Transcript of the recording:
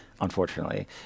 unfortunately